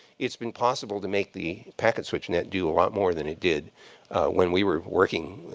it's been possible to make the packet-switched net do a lot more than it did when we were working,